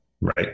Right